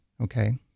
okay